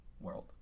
world